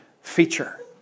feature